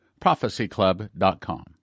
Prophecyclub.com